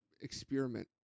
experiment